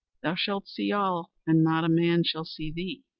thou shalt see all, and not a man shall see thee.